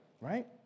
right